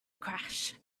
crash